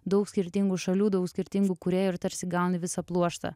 daug skirtingų šalių daug skirtingų kūrėjų ir tarsi gauni visą pluoštą